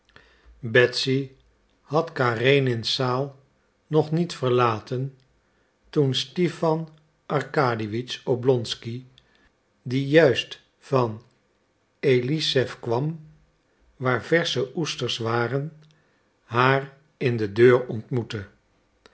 betsy had karenins zaal nog niet verlaten toen stipan arkadiewitsch oblonsky die juist van elissew kwam waar versche oesters waren haar in de deur ontmoette